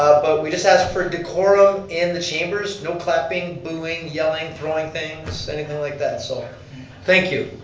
ah but we just ask for decorum in the chambers. no clapping, booing, yelling, throwing things, anything like that, so thank you.